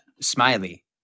smiley